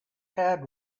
had